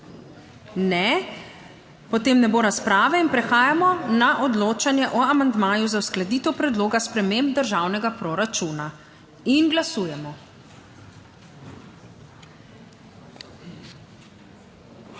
(Ne.) Potem ne bo razprave in prehajamo na odločanje o amandmaju za uskladitev predloga sprememb državnega proračuna. Glasujemo.